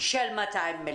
של 200?